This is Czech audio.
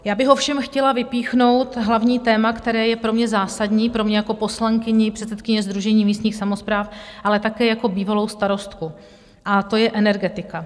Já bych ovšem chtěla vypíchnout hlavní téma, které je pro mě zásadní, pro mě jako poslankyni, předsedkyni Sdružení místních samospráv, ale také jako bývalou starostku, a to je energetika.